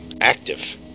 Active